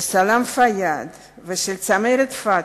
של סלאם פיאד ושל צמרת "פתח"